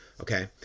Okay